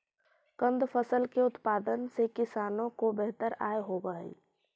कंद फसल के उत्पादन से किसानों को बेहतर आय होवअ हई